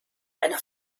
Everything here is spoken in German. einer